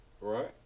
Right